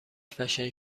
فشن